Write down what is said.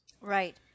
right